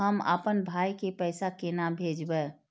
हम आपन भाई के पैसा केना भेजबे?